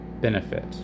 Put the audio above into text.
benefit